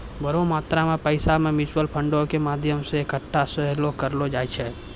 बड़ो मात्रा मे पैसा के म्यूचुअल फंडो के माध्यमो से एक्कठा सेहो करलो जाय छै